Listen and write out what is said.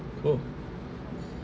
cool